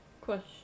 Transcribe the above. Question